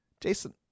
Jason